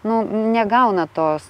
nu negauna tos